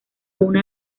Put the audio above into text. una